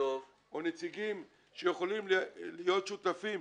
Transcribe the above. או נציגים שיכולים להיות שותפים,